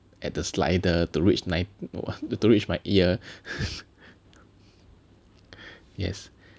at the slider to reach my to reach my year yes